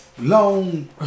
Long